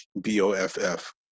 b-o-f-f